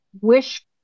wish